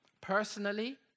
Personally